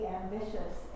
ambitious